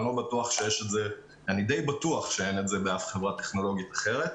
אני די בטוח שאין את זה באף חברה טכנולוגית אחרת.